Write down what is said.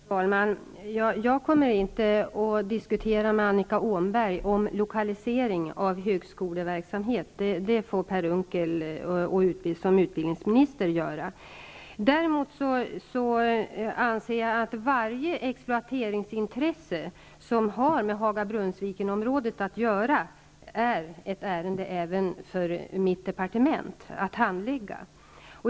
Herr talman! Jag kommer inte att med Annika Åhnberg diskutera lokaliseringen av högskol everksamhet. Det får Per Unckel som utbildnings minister göra. Däremot anser jag att varje exploateringsintresse som har med Haga--Brunnsviken-området att göra är ett ärende även för mitt departement att handlägga.